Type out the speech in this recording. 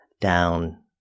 down